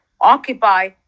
occupy